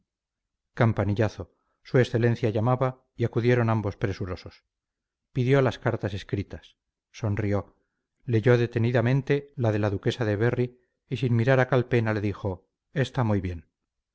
en orden campanillazo su excelencia llamaba y acudieron ambos presurosos pidió las cartas escritas sonrió leyó detenidamente la de la duquesa de berry y sin mirar a calpena le dijo está muy bien